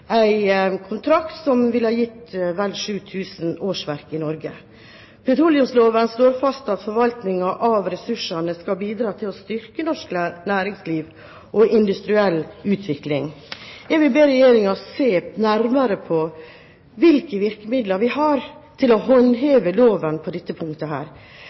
kontrakt som ville ha gitt vel 7 000 årsverk i Norge. Petroleumsloven slår fast at forvaltningen av ressursene skal bidra til å «styrke norsk næringsliv og industriell utvikling». Jeg vil be Regjeringen se nærmere på hvilke virkemidler vi har til å håndheve loven på dette punktet.